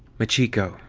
machiko.